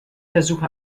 versuche